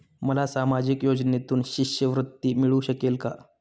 मला सामाजिक योजनेतून शिष्यवृत्ती मिळू शकेल का?